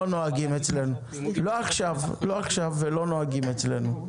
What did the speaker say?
לא עכשיו ולא נוהגים אצלנו.